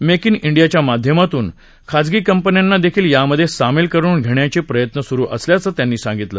make in इंडियाच्या माध्यमातून खासगी कंपन्यांना देखील यामध्ये सामील करून घेण्याचे प्रयत्न सुरु असल्याचा त्यांनी सांगितलं